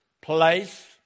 place